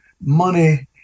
money